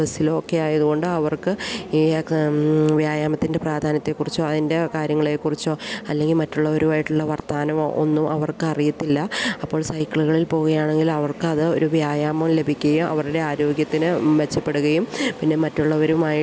ഒക്കെയായതുകൊണ്ട് അവർക്ക് ഈ വ്യായാമത്തിൻ്റെ പ്രാധാന്യത്തെക്കുറിച്ചോ അതിൻ്റെ കാര്യങ്ങളെക്കുറിച്ചോ അല്ലെങ്കിൽ മറ്റുള്ളവരുമായിട്ടുള്ള വർത്തമാനമോ ഒന്നും അവർക്കറിയത്തില്ല അപ്പോൾ സൈക്കിളുകളിൽ പോവുകയാണെകിൽ അവർക്ക് അത് ഒരു വ്യായാമം ലഭിക്കുകയും അവരുടെ ആരോഗ്യത്തിന് മെച്ചപ്പെടുകയും പിന്നെ മറ്റുള്ളവരുമായിട്ട്